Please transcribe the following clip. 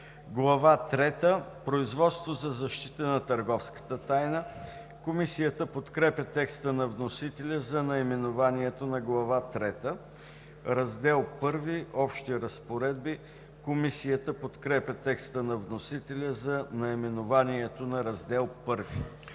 трета – Производство за защита на търговската тайна“. Комисията подкрепя текста на вносителя за наименованието на Глава трета. „Раздел I – Общи разпоредби“. Комисията подкрепя текста на вносителя за наименованието на Раздел І.